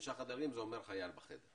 5 חדרים זה אומר חייל בחדר.